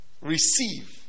receive